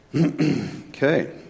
Okay